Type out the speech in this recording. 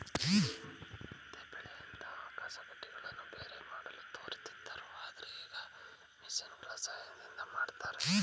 ಹಿಂದೆ ಬೆಳೆಯಿಂದ ಕಸಕಡ್ಡಿಗಳನ್ನು ಬೇರೆ ಮಾಡಲು ತೋರುತ್ತಿದ್ದರು ಆದರೆ ಈಗ ಮಿಷಿನ್ಗಳ ಸಹಾಯದಿಂದ ಮಾಡ್ತರೆ